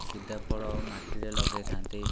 ସିଧା ଫଳ ଆ ମାଟିରେ ଲଗେଇଥାନ୍ତି